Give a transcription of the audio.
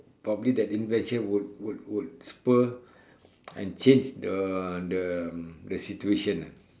probably that invention would would would spur and change the the the situation ah